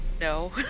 No